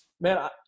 man